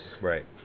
right